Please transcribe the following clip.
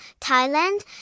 Thailand